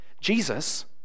Jesus